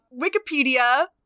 Wikipedia